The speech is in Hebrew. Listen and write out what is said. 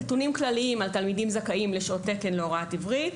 נתונים כלליים על תלמידים הזכאים לשעות תקן להוראת עברית: